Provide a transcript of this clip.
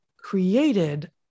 created